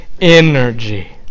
energy